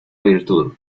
virtud